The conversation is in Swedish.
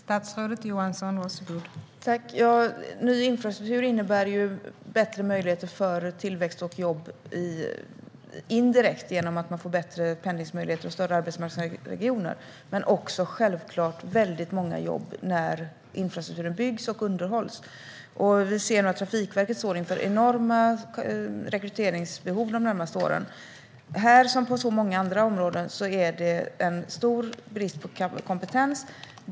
Fru talman! Ny infrastruktur innebär ju bättre möjligheter för tillväxt och jobb indirekt, genom att man får bättre pendlingsmöjligheter och större arbetsmarknadsregioner, men det innebär självklart också många jobb när infrastrukturen byggs och underhålls. Vi ser nu att Trafikverket står inför enorma rekryteringsbehov de närmaste åren, och här - som på så många andra områden - finns det en stor brist på kompetens.